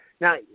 Now